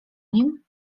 nim